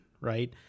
Right